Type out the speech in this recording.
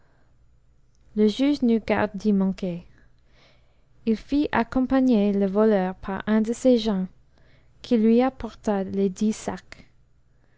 le juge n'eut garde d'y manquer il fit accompagner le voleur par un de ses gens qui lui apporta les dix sacs